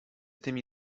tymi